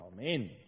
Amen